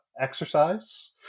exercise